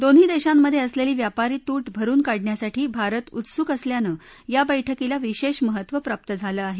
दोन्ही देशांमधे असलेली व्यापारी तूट भरुन काढण्यासाठी भारत उत्सूक असल्यानं या बैठकीला विशेष महत्त्व प्राप्त झालं आहे